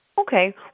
Okay